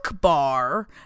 bar